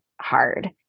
hard